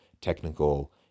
technical